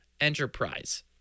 enterprise